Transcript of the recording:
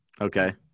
Okay